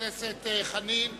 תודה רבה, חבר הכנסת חנין.